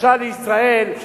חדשה לישראל,